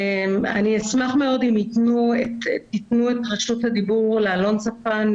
אני אשמח מאוד אם ייתנו את רשות הדיבור לאלון ספן,